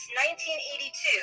1982